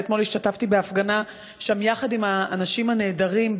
ואתמול השתתפתי בהפגנה שם יחד עם האנשים הנהדרים,